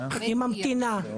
היא ממתינה.